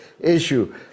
issue